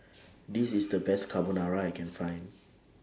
This IS The Best Carbonara I Can Find